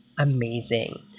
Amazing